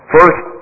First